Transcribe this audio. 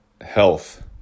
health